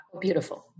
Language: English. Beautiful